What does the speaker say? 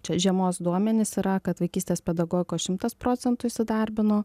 čia žiemos duomenys yra kad vaikystės pedagogikos šimtas procentų įsidarbino